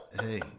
Hey